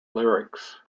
lyrics